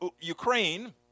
Ukraine